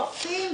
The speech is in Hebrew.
שופטים?